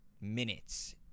minutes